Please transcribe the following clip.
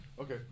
Okay